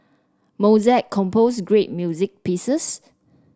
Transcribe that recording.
Mozart composed great music pieces